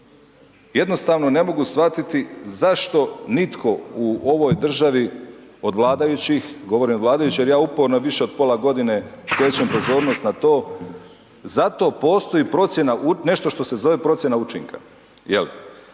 Jednostavno ne mogu shvatiti zašto nitko u ovoj državi od vladajućih, govorim od vladajućih jer ja uporno više od pola godine skrećem pozornost na to. Za to postoji procjena, nešto što se zove procjena učinka,